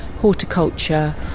horticulture